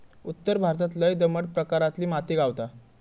उत्तर भारतात लय दमट प्रकारातली माती गावता